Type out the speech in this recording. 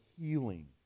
healing